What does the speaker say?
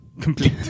complete